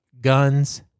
guns